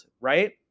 right